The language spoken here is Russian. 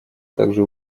также